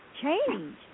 change